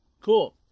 cool